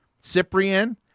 Cyprian